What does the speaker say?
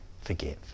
forgive